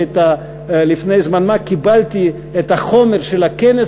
לפני זמן-מה קיבלתי את החומר של הכנס